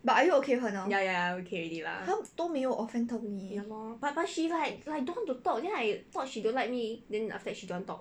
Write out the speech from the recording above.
but are you okay with her now 她都没有 offend 到你